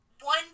One